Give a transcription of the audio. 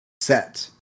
set